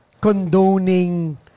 condoning